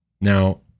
Now